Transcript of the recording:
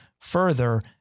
further